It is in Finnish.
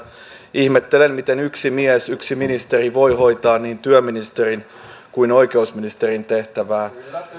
ihmettelen miten yksi mies yksi ministeri voi hoitaa niin työministerin kuin oikeusministerin tehtävää